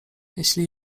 jeśli